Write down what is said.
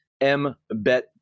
Mbet